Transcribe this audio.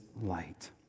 light